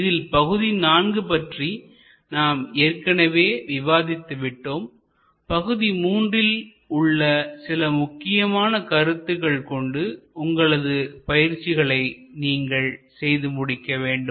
இதில் பகுதி 4 பற்றி நாம் ஏற்கனவே விவாதித்து விட்டோம்பகுதி 3ல் உள்ள சில முக்கியமான கருத்துக்கள் கொண்டு உங்களது பயிற்சிகளை நீங்கள் செய்து முடிக்க முடியும்